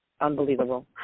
Unbelievable